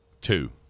two